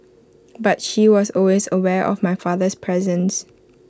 but she was always aware of my father's presence